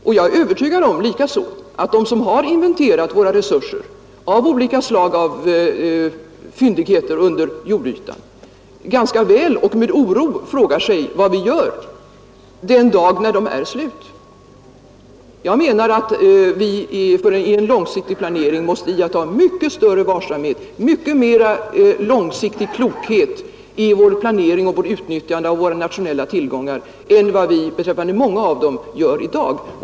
Jag är likaså övertygad om att de som ganska väl har inventerat våra resurser och fyndigheter av olika slag under jord med oro frågar sig vad vi gör den dag de är slut. Jag menar att vi måste iaktta mycket stor varsamhet och utöva mycket mer långsiktig klokhet i vår planering och vid utnyttjandet av våra nationella tillgångar än vad vi beträffande många av dem gör i dag.